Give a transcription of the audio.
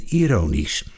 ironisch